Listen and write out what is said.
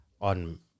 on